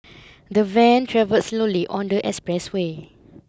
the van travelled slowly on the expressway